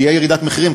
שתהיה ירידת מחירים,